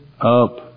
up